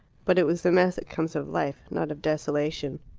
but it was the mess that comes of life, not of desolation.